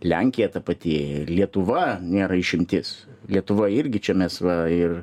lenkija ta pati lietuva nėra išimtis lietuva irgi čia mes va ir